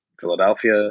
Philadelphia